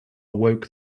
woke